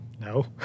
No